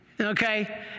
Okay